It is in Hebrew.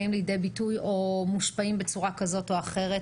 לידי ביטוי או מושפע בצורה כזאת או אחרת